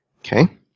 Okay